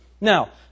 Now